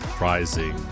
rising